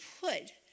put